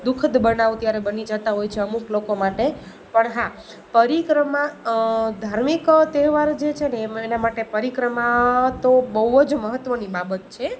દુઃખદ બનાવો ત્યારે બની જતા હોય છે અમુક લોકો માટે પણ હા પરિક્રમા ધાર્મિક તહેવાર જે છે ને એના માટે પરિક્રમા તો બહું જ મહત્ત્વની બાબત છે